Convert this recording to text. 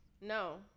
No